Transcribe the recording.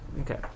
Okay